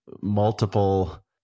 multiple